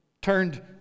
turned